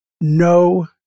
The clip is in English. no